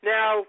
Now